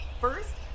first